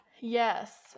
yes